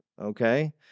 okay